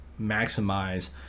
maximize